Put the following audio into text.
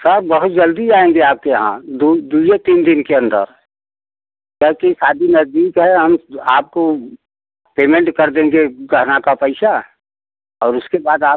sir बहुत जल्दी आएंगे आपके यहाँ दू दुइए तीन दिन के अंदर जैसे ही शादी नज़दीक है हम आपको पेमेंट कर देंगे गहना का पैसा और उसके बाद आप